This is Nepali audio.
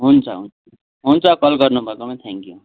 हुन्छ हुन्छ हुन्छ कल गर्नु भएकोमा थ्याङ्क यू